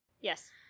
yes